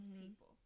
people